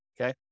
Okay